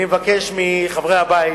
אני מבקש מחברי הבית